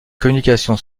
communication